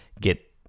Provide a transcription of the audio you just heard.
get